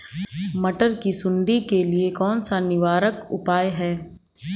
मटर की सुंडी के लिए कौन सा निवारक उपाय है?